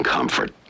Comfort